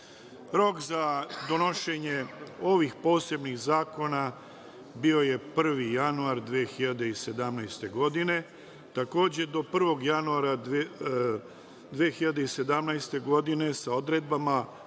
za donošenje ovih posebnih zakona bio je 1. januar 2017. godine. Takođe, do 1. januara 2017. godine sa odredbama